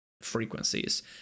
frequencies